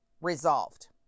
resolved